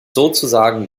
sozusagen